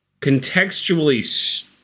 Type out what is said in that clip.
contextually